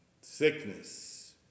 sickness